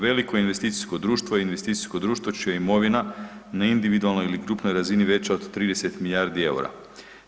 Veliko investicijsko društvo je investicijsko društvo čija je imovina neinvidualno ili na krupnoj razini veća od 30 milijardi EUR-a.